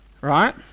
right